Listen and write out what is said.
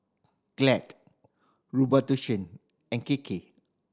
Glad Robitussin and Kiki